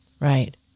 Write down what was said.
Right